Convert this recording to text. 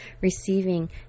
receiving